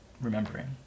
remembering